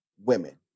women